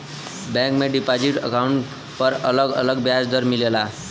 bank में deposit account पर अलग अलग ब्याज दर मिलला